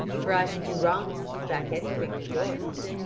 for i should do wrong to keep back anything of yours.